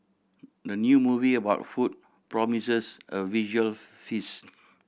the new movie about food promises a visual feast